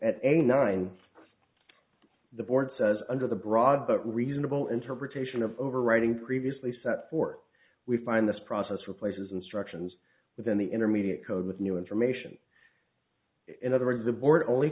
eighty nine the board says under the broad but reasonable interpretation of overwriting previously set forth we find this process replaces instructions within the intermediate code with new information in other words the board only